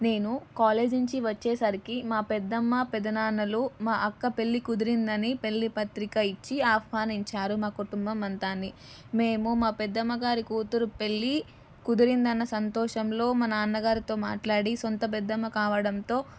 నేను కాలేజి నుంచి వచ్చేసరికి మా పెద్దమ్మ పెద్దనాన్నలు మా అక్క పెళ్ళి కుదిరిందని పెళ్ళి పత్రిక ఇచ్చి ఆహ్వానించారు మా కుటుంబం అంతాని మేము మా పెద్దమ్మ గారి కూతురు పెళ్ళి కుదిరిందన్న సంతోషంలో మా నాన్న గారితో మాట్లాడి సొంత పెద్దమ్మ కావడంతో